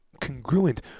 congruent